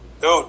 Dude